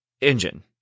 engine